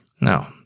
No